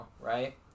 right